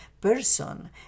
person